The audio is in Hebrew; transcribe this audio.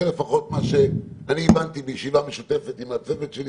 זה לפחות מה שאני הבנתי בישיבה משותפת עם הצוות שלי